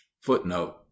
footnote